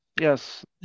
Yes